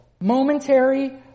momentary